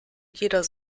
jeder